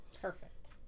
Perfect